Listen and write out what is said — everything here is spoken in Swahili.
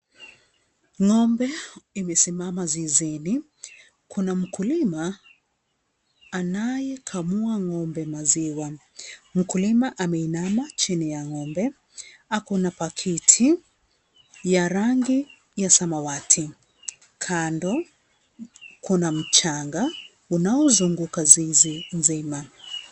Ngombe imesimama zizini kuna mkulima anayekamua ngombe maziwa. Mkulima ameinama chini ya ngombe ako na pakiti ya rangi ya samawati, kando kuna mchanga unaozunguka zizi mzima.